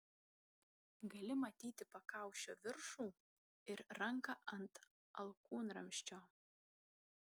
gali matyti pakaušio viršų ir ranką ant alkūnramsčio